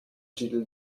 titel